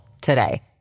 today